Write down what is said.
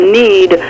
need